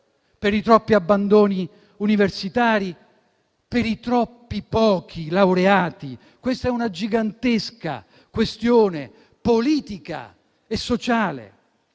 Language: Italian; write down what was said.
per i troppi abbandoni universitari e per i troppo pochi laureati. Questa è una gigantesca questione politica e sociale.